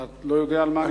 אתה לא יודע על מה אני מדבר?